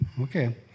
Okay